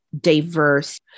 diverse